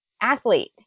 athlete